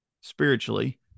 spiritually